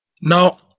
Now